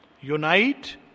Unite